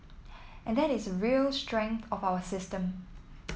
and that is a real strength of our system